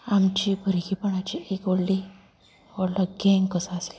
आमचे भुरगेंपणाची एक व्हडली व्हडलो गँग कसो आसलेलो